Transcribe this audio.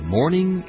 Morning